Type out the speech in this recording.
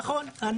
נכון.